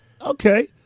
Okay